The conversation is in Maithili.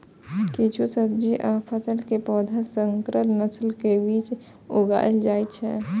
किछु सब्जी आ फसल के पौधा संकर नस्ल के बीज सं उगाएल जाइ छै